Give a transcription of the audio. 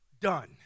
Done